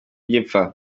gipfa